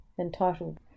entitled